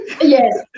yes